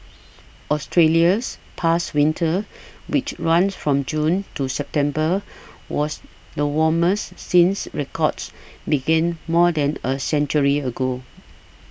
Australia's past winter which runs from June to September was the warmest since records began more than a century ago